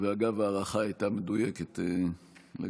אגב, ההערכה הייתה מדויקת לגמרי.